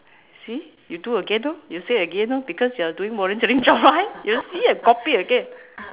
see you do again lor you say again lor because you're doing volunteering job right you see you copy again